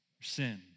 sin